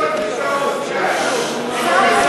לאות הזדהות,